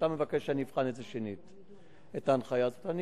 אתה מבקש שאני אבחן את זה, את ההנחיה הזאת, שנית.